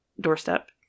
doorstep